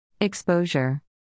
Exposure